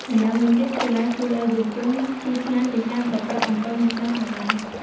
ម្យ៉ាងវិញទៀត កីឡាជួយឲ្យយុវជនជៀសឆ្ងាយពីការប្រព្រឹត្តអំពើហិង្សាផងដែរ។